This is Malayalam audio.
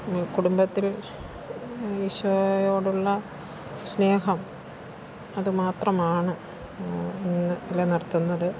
കുടുംബത്തിൽ ഈശോയോടുള്ള സ്നേഹം അത് മാത്രമാണ് ഇന്ന് നിലനിർത്തുന്നത്